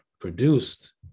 Produced